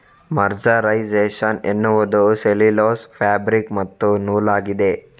mercerisation ಎನ್ನುವುದು cellulose fabric ಮತ್ತು ನೂಲಾಗಿದೆ